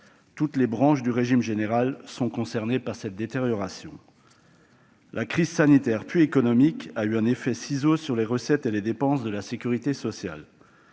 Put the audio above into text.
Toutes les branches du régime général sont concernées par cette détérioration. La crise sanitaire puis économique a eu un effet de ciseaux sur les recettes et les dépenses de la sécurité sociale.